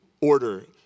order